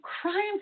crime